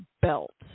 belt